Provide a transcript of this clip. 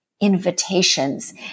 invitations